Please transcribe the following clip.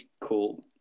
cool